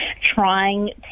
trying